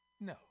No